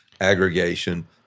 aggregation